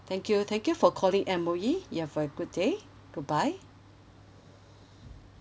thank you thank you for calling M_O_E you have a good day goodbye